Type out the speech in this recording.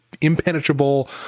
impenetrable